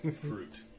Fruit